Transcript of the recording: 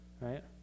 right